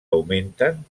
augmenten